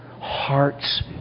heart's